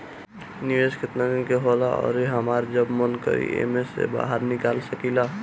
निवेस केतना दिन के होला अउर हमार जब मन करि एमे से बहार निकल सकिला?